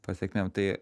pasekmėm tai